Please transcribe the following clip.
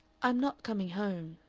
i'm not coming home.